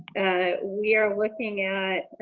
and we are looking at,